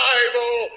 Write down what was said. Bible